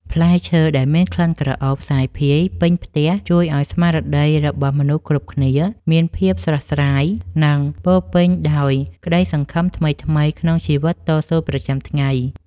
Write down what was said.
ផ្លែឈើដែលមានក្លិនក្រអូបសាយភាយពេញផ្ទះជួយឱ្យស្មារតីរបស់មនុស្សគ្រប់គ្នាមានភាពស្រស់ស្រាយ និង ពោរពេញដោយក្តីសង្ឃឹមថ្មីៗក្នុងជីវិតតស៊ូប្រចាំថ្ងៃ។